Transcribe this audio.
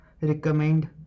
recommend